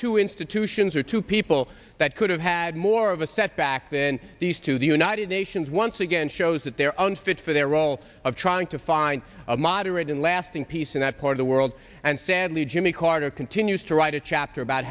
two institutions or two people that could have had more of a setback than these two the united nations once again shows that their own fit for their role of trying to find a moderate and lasting peace in that part of the world and sadly jimmy carter continues to write a chapter about